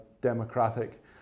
Democratic